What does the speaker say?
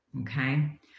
okay